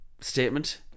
statement